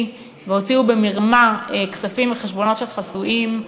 והוציאו במרמה כספים מחשבונות של חסויים,